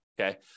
Okay